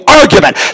argument